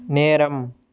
நேரம்